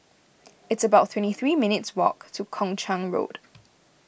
it's about twenty three minutes' walk to Kung Chong Road